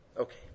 Okay